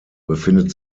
befindet